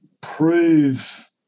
prove